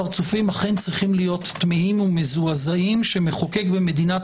הפרצופים אכן צריכים להיות תמהים ומזועזעים שמחוקק במדינת